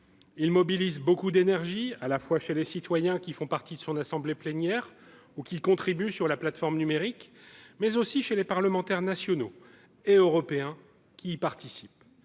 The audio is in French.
Il mobilise beaucoup d'énergie de la part des citoyens qui siègent à son assemblée plénière ou qui contribuent sur la plateforme numérique, mais aussi de la part des parlementaires nationaux et européens qui y participent.